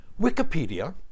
Wikipedia